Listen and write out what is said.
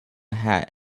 hat